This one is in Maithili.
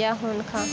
या हुनका?